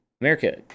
America